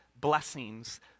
blessings